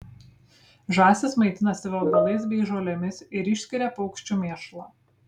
žąsys maitinasi vabalais bei žolėmis ir išskiria paukščių mėšlą